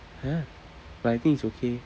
ya but I think it's okay eh